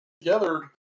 together